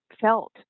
felt